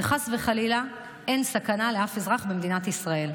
שחס וחלילה אין סכנה לאף אזרח במדינת ישראל.